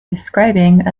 describing